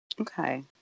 Okay